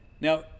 Now